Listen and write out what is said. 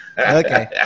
Okay